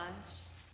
lives